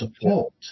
support